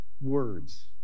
words